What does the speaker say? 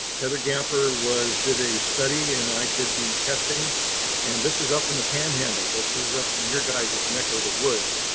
heather gamper was, did a study and i did the testing and this is up in the panhandle. this is up in your guys? neck of the woods,